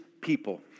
people